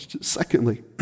Secondly